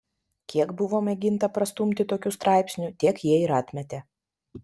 kiek buvo mėginta prastumti tokių straipsnių tiek jie ir atmetė